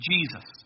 Jesus